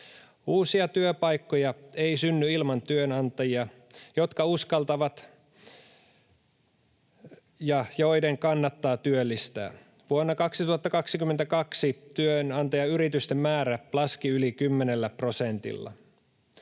Uusia työpaikkoja ei synny ilman työnantajia, jotka uskaltavat ja joiden kannattaa työllistää. Vuonna 2022 työnantajayritysten määrä laski yli 10 prosentilla.